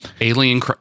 Alien